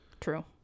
True